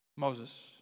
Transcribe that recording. Moses